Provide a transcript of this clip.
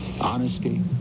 Honesty